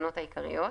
התקנות העיקריות),